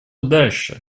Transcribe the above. дальше